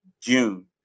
June